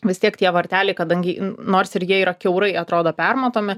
vis tiek tie varteliai kadangi į nors ir jie yra kiaurai atrodo permatomi